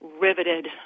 riveted